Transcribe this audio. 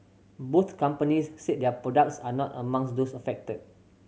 both companies said their products are not amongs those affected